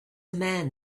man